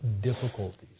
difficulties